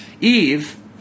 Eve